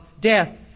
death